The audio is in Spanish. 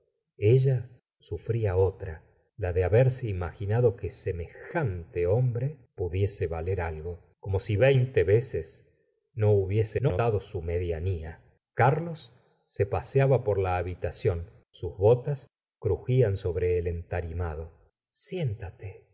ella sufría otra la de haberse imaginado que semejante hombre pudiese valer algo como si veinte veces no hubiese notado su medianía gustavo flaubert carlos se paseaba por la habitación sus botas crujían sobre el entarimado